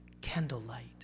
candlelight